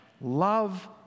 Love